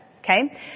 Okay